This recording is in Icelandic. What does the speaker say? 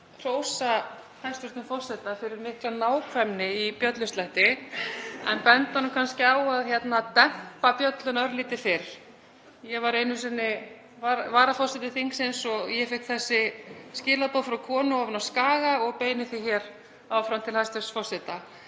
hrósa hæstv. forseta fyrir mikla nákvæmni í bjölluslætti en bendi honum kannski á að dempa bjölluna örlítið fyrr. Ég var einu sinni varaforseti þingsins og ég fékk þessi skilaboð frá konu ofan af Skaga og beini þeim hér með áfram til hæstv. forseta.